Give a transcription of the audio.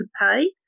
pay